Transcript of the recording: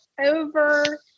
over